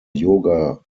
yoga